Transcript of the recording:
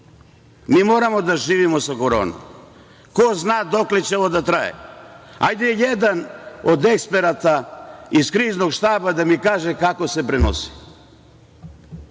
moramo da živimo sa koronom. Ko zna dokle će ovo da traje. Hajde da mi jedan od eksperata iz Kriznog štaba kaže kako se prenosi?